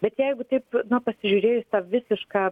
bet jeigu taip pasižiūrėjus tą visišką